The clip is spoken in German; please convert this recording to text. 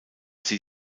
sie